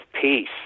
peace